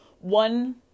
one